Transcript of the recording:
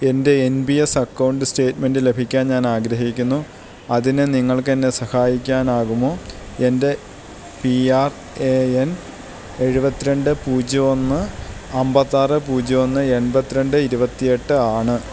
എൻറ്റെ N P S account statement ലഭിക്കാൻ ഞാനാഗ്രഹിക്കുന്നു അതിന് നിങ്ങൾക്കെന്നെ സഹായിക്കാനാകുമോ എൻറ്റെ പി ആർ എ എൻ എഴുപത്തി രണ്ട് പൂജ്യം ഒന്ന് അൻപത്തി ആറ് പൂജ്യം ഒന്ന് എൺപത്തി രണ്ട് ഇരുപത്തി എട്ട് ആണ്